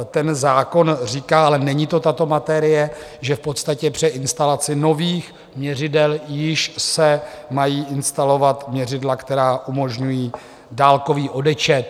Ten zákon říká ale není to tato materie že v podstatě při instalaci nových měřidel již se mají instalovat měřidla, která umožňují dálkový odečet.